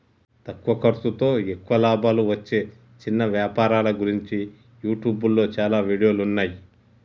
తక్కువ ఖర్సుతో ఎక్కువ లాభాలు వచ్చే చిన్న వ్యాపారాల గురించి యూట్యూబ్లో చాలా వీడియోలున్నయ్యి